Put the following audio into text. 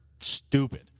stupid